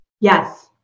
Yes